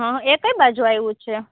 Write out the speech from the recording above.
હં એ કઈ બાજુ આવ્યું છે